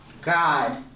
God